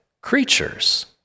creatures